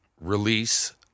release